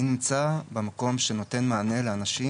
אני נמצא במקום שנותן מענה לאנשים,